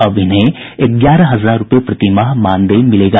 अब इन्हें ग्यारह हजार रूपये प्रतिमाह मानदेय मिलेगा